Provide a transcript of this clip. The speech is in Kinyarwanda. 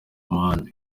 muhanda